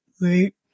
wait